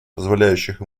позволяющих